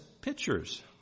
pictures